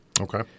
Okay